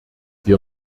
wir